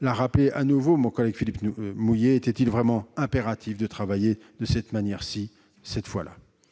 mon collègue Philippe Mouiller l'a demandé, était-il vraiment impératif de travailler de cette manière cette fois-ci ?